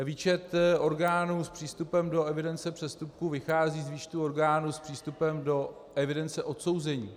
Výčet orgánů s přístupem do evidence přestupků vychází z výčtu orgánů s přístupem do evidence odsouzených.